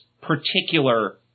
particular